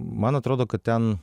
man atrodo kad ten